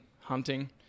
hunting